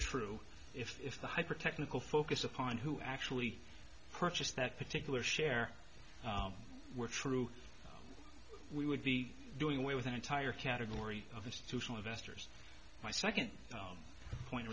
true if the hyper technical focus upon who actually purchased that particular share were true we would be doing away with an entire category of institutional investors my second point